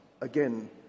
again